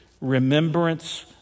remembrance